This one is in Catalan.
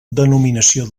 denominació